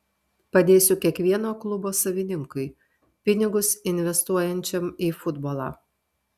padėsiu kiekvieno klubo savininkui pinigus investuojančiam į futbolą